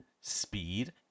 speed